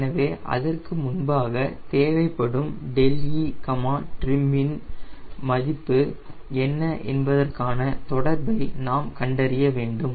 எனவே அதற்கு முன்பாக தேவைப்படும் 𝛿etrim இன் மதிப்பு என்ன என்பதற்கான தொடர்பை நாம் கண்டறிய வேண்டும்